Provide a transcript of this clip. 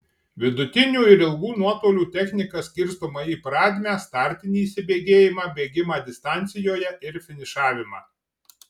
vidutinių ir ilgų nuotolių technika skirstoma į pradmę startinį įsibėgėjimą bėgimą distancijoje ir finišavimą